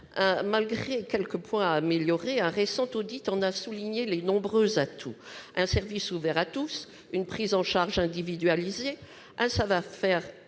Malgré quelques points à améliorer, un récent audit en a souligné les nombreux atouts : un service ouvert à tous, une prise en charge individualisée, un savoir-faire